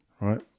Right